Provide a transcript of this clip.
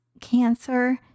cancer